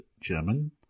German